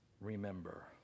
remember